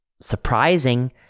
surprising